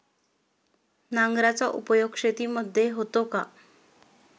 नांगराचा उपयोग शेतीमध्ये होतो का?